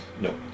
No